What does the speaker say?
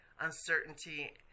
uncertainty